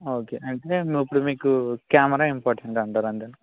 okay అంటే ఇప్పుడు మీకు కెమెరా ఇంపార్టెంట్ అంటారా అండి